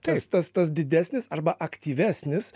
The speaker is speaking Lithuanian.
tas tas tas didesnis arba aktyvesnis